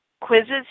quizzes